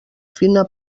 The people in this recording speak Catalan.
fina